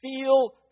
feel